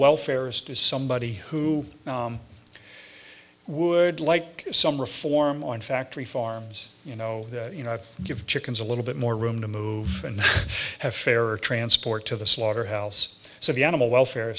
welfare is to somebody who would like some reform on factory farms you know that you know give chickens a little bit more room to move and have fairer transport to the slaughterhouse so the animal welfare